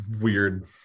weird